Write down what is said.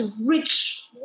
rich